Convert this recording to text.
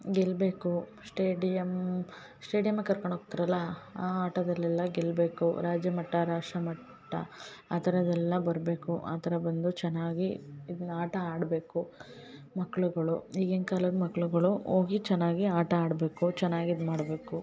ಗೆಲ್ಬೇಕು ಸ್ಟೇಡಿಯಮ್ ಸ್ಟೇಡಿಯಮ್ಮಗೆ ಕರ್ಕೊಂಡು ಹೋಗ್ತಾರಲ್ಲ ಆ ಆಟದಲ್ಲಿ ಎಲ್ಲ ಗೆಲ್ಬೇಕು ರಾಜ್ಯಮಟ್ಟ ರಾಷ್ಟ್ರಮಟ್ಟ ಆ ಥರದ್ ಎಲ್ಲ ಬರಬೇಕು ಆ ಥರ ಬಂದು ಚೆನ್ನಾಗಿ ಇದ್ನ ಆಟ ಆಡಬೇಕು ಮಕ್ಕಳುಗಳು ಈಗಿನ ಕಾಲದ ಮಕ್ಕಳುಗಳು ಹೋಗಿ ಚೆನ್ನಾಗಿ ಆಟ ಆಡಬೇಕು ಚೆನ್ನಾಗಿ ಇದು ಮಾಡಬೇಕು